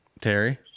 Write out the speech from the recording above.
terry